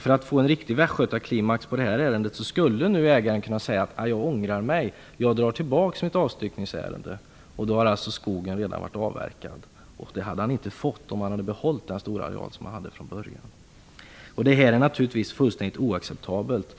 För att få ett riktigt Västgötaklimax på ärendet skulle ägaren kunna säga att han ångrar sig och dra tillbaks avstyckningsärendet. Då är skogen redan avverkad. Det hade han inte fått göra om han hade behållit den stora areal han hade från början. Detta är naturligtvis fullständigt oacceptabelt.